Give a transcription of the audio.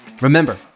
Remember